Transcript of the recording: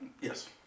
Yes